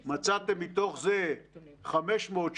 לחוק הסמכת שירותי הביטחון הכללי